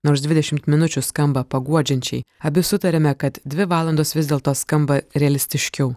nors dvidešimt minučių skamba paguodžiančiai abi sutariame kad dvi valandos vis dėlto skamba realistiškiau